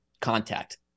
contact